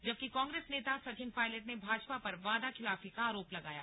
जबकि कांग्रेस नेता सचिन पायलट ने भाजपा पर वादा खिलाफी का आरोप लगाया